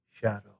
shadow